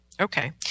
Okay